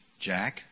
Jack